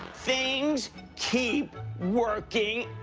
things keep working